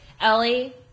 Ellie